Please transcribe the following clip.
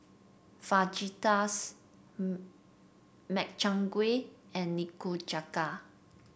Fajitas Makchang Gui and Nikujaga